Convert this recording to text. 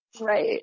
right